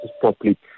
properly